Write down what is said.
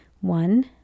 one